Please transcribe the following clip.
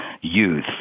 youth